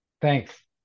thanks